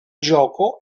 gioco